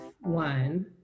one